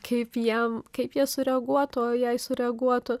kaip jiem kaip jie sureaguotų o jei sureaguotų